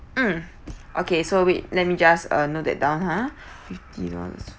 mm okay so wait let me just uh note that down ha